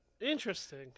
Interesting